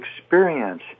experience